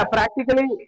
Practically